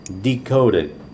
decoded